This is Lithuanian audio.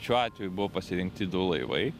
šiuo atveju buvo pasirinkti du laivai